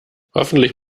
hoffentlich